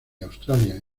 australia